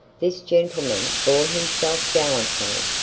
this gentleman bore himself gallantly.